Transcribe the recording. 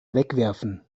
wegwerfen